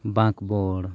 ᱵᱟᱸᱠ ᱵᱚᱲ